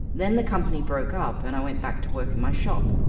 then the company broke up, and i went back to work in my shop.